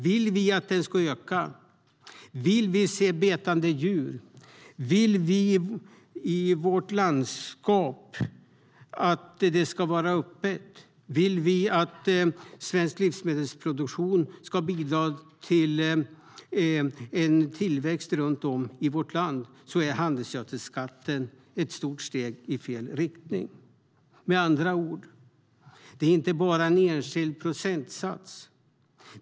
Vill vi att svensk livsmedelsproduktion ska öka, vill vi se betande djur, vill vi ha ett öppet landskap och vill vi att svensk livsmedelsproduktion ska bidra till en tillväxt runt om i vårt land är handelsgödselskatten ett stort steg i fel riktning. Med andra ord handlar det inte bara om en enskild procentsats.